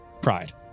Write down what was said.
Pride